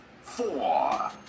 four